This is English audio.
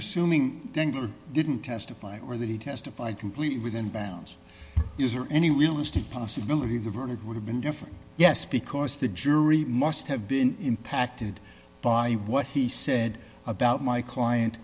assuming didn't testify or that he testified completely within bounds use or any realistic possibility of the burn it would have been different yes because the jury must have been impacted by what he said about my client